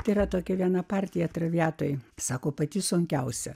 tėra tokia viena partija traviatai sako pati sunkiausia